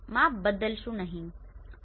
માં બદલીશું નહીં